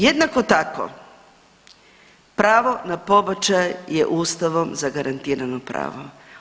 Jednako tako pravo na pobačaj je ustavom zagarantirano pravo.